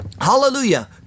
hallelujah